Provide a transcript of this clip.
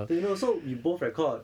and also we both record